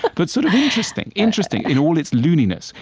but but sort of interesting interesting in all its looniness.